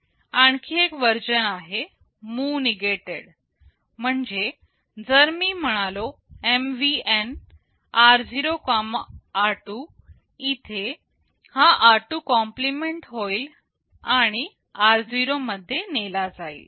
आणखी एक वर्जन आहे मूव्ह निगेटेड म्हणजेजर मी म्हणालो MVN r0r2 इथे हा r2 कॉम्प्लिमेंट होईल आणि r0 मध्ये नेला जाईल